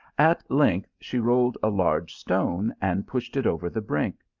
at length she rolled a large stone, and pushed it over the brink.